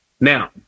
Now